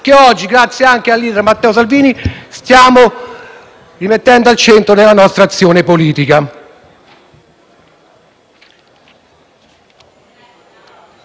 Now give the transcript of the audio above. che oggi, grazie anche al *leader* Matteo Salvini, stiamo rimettendo al centro della nostra azione politica.